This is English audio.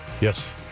Yes